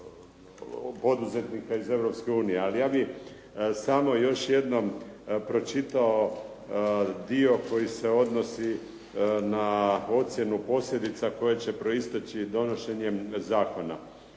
poduzetnika iz Europske unije, ali ja bih samo još jednom pročitao dio koji se odnosi na ocjenu posljedica koje će proisteći donošenjem zakona.